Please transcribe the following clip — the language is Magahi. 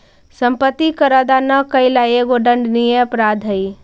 सम्पत्ति कर अदा न कैला एगो दण्डनीय अपराध हई